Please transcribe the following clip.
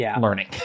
learning